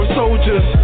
soldiers